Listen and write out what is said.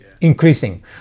increasing